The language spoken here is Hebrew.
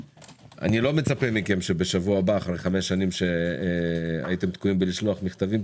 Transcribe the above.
אני לא מצפה מכם שבשבוע הבא אחרי חמש שנים שהייתם תקועים בשליחת מכתבים,